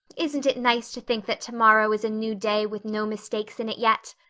isn't it nice to think that tomorrow is a new day with no mistakes in it yet?